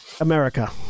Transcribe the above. America